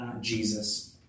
Jesus